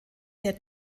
der